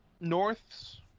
Norths